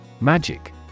Magic